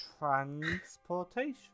Transportation